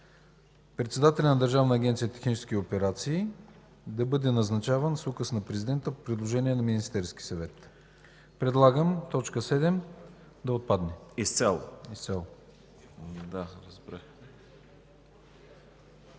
председателят на Държавна агенция „Технически операции” да бъде назначаван с указ на президента по предложение на Министерския съвет. Предлагам т. 7 да отпадне изцяло. ПРЕДСЕДАТЕЛ